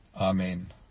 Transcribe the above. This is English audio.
Amen